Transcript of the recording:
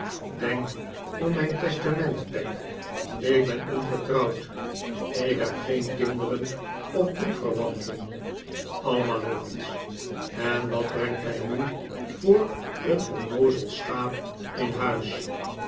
denk om mijn testament peg ik ben ongetrouwd ik heb geen kinderen of bloedverwanten allemaal leugens en wat brengt hij nu voor een onnoozel schaap in huis